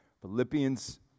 Philippians